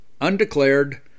Undeclared